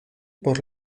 por